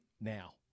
now